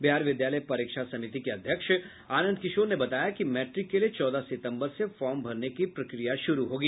बिहार विद्यालय परीक्षा समिति के अध्यक्ष आनंद किशोर ने बताया कि मैट्रिक के लिए चौदह सितम्बर से फार्म भरने की प्रक्रिया शुरू होगी